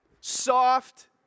soft